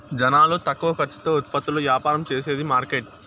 జనాలు తక్కువ ఖర్చుతో ఉత్పత్తులు యాపారం చేసేది మార్కెట్